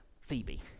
Phoebe